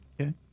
okay